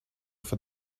for